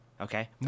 Okay